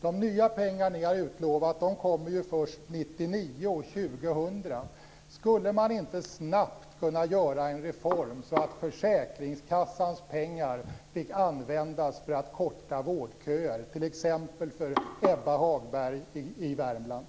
De nya pengar som ni har utlovat kommer ju först 1999 och 2000. Skulle man inte snabbt kunna göra en reform, så att försäkringskassans pengar skulle kunna användas för att korta vårdköer, t.ex. för Ebba Hagberg i Värmland?